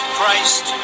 Christ